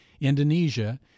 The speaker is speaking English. Indonesia